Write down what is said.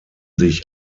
sich